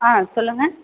ஆ சொல்லுங்க